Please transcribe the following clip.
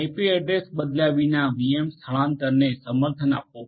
IP address બદલ્યા વિના VM સ્થળાંતરને સમર્થન આપવું